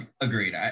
Agreed